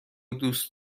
دوست